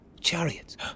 chariots